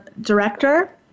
Director